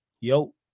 Yo